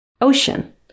Ocean